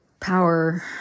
power